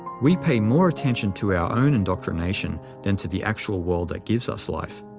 we pay more attention to our own indoctrination than to the actual world that gives us life.